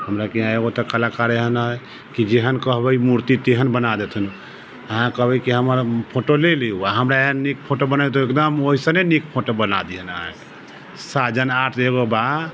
हमरा के यहाँ एगो तऽ कलाकार एहन है की जेहन कहबै मूर्ति तेहन बना देथिन अहाँ कहबै की हमर फोटो ले लू आ हमरा एहन नीक फोटो बना दू तऽ एकदम वैसने नीक फोटो बना दीहन आ साजन आर्ट एगो बा